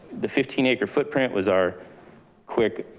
the fifteen acre footprint was our quick